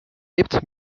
lebt